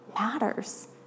matters